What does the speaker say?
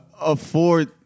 Afford